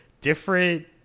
different